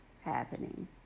happening